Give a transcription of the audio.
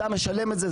אתה משלם את זה,